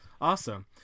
Awesome